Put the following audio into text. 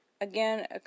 Again